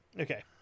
Okay